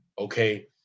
okay